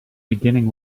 beginning